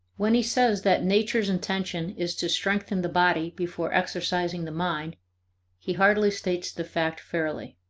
when he says that nature's intention is to strengthen the body before exercising the mind he hardly states the fact fairly.